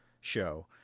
show